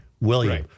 William